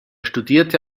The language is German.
studierte